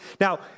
Now